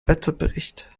wetterbericht